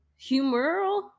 humoral